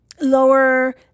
lower